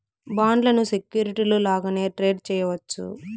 బాండ్లను సెక్యూరిటీలు లాగానే ట్రేడ్ చేయవచ్చు